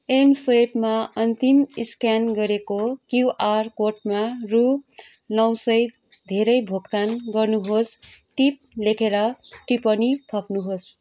एमस्वाइपमा अन्तिम स्क्यान गरेको क्युआर कोडमा रु नौ सय धेरै भुक्तान गर्नुहोस् टिप लेखेर टिप्पणी थप्नुहोस्